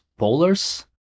Polars